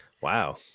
Wow